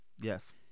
Yes